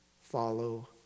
follow